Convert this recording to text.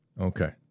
okay